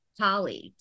colleagues